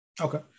Okay